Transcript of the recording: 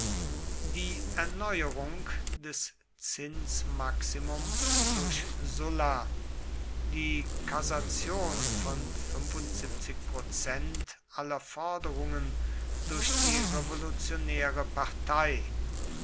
die erneuerung des zinsmaximum durch sulla die kassation von prozent aller forderungen durch die revolutionäre partei